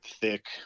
thick